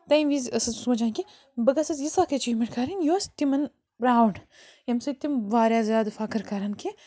تَمہِ وِز ٲسٕس بہٕ سونٛچان کہِ بہٕ گٔژھٕس یِژھ اَکھ أچیٖومٮ۪نٛٹ کَرٕنۍ یۄس تِمَن پرٛاوُڈ ییٚمہِ سۭتۍ تِم واریاہ زیادٕ فخٕر کَرَن کہِ